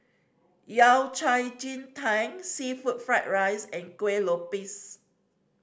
Yao Cai ji tang seafood fried rice and Kuih Lopes